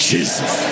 Jesus